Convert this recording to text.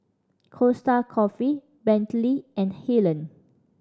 Costa Coffee Bentley and Helen